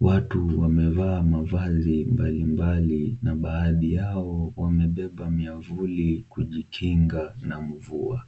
Watu wamevaa mavazi mbali mbali na baadhi yao wamebeba miavuli kujikinga na mvua.